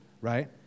Right